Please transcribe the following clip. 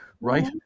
Right